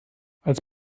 als